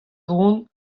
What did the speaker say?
reont